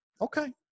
okay